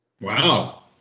Wow